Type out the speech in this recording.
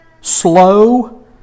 slow